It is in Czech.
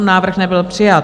Návrh nebyl přijat.